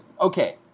Okay